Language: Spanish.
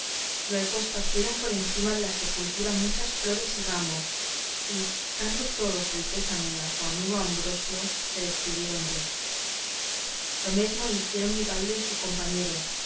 luego esparcieron por cima de la sepultura muchas flores y ramos y dando todos el pésame a su amigo ambrosio se despidieron dél lo mesmo hicieron vivaldo y su compañero